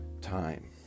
time